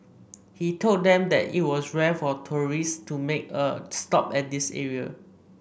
he told them that it was rare for tourists to make a stop at this area